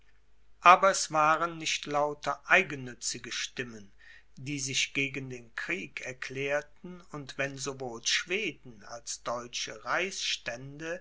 aber es waren nicht lauter eigennützige stimmen die sich gegen den frieden erklärten und wenn sowohl schweden als deutsche